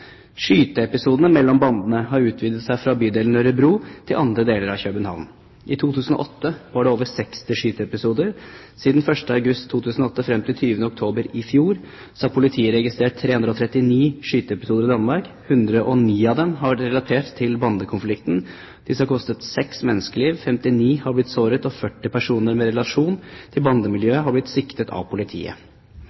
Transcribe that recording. Skyteepisodene mellom bandene har utvidet seg fra bydelen Nørrebro til andre deler av København. I 2008 var det over 60 skyteepisoder. Siden 1. august 2008 og frem til 20. oktober i fjor har politiet registrert 339 skyteepisoder i Danmark. 109 av dem har vært relatert til bandekonflikten, og disse har kostet seks menneskeliv, 59 har blitt såret og 40 personer med relasjon til